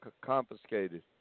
confiscated